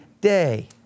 day